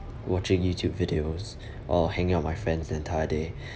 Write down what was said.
watching YouTube videos or hanging out with my friends entire day